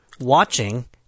watching